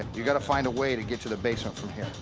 you've got to find a way to get to the basement from here.